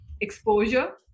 exposure